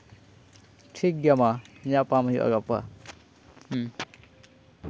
ᱴᱷᱤᱠ ᱜᱮᱭᱟ ᱢᱟ ᱧᱟᱯᱟᱢ ᱦᱩᱭᱩᱜᱼᱟ ᱜᱟᱯᱟ ᱦᱮᱸ